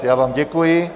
Já vám děkuji.